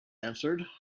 answered